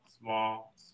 small